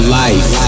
life